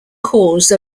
cause